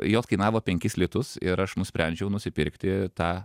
jos kainavo penkis litus ir aš nusprendžiau nusipirkti tą